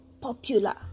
popular